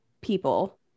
people